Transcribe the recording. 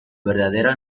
verdadero